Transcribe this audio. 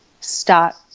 start